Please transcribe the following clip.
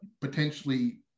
potentially